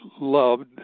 loved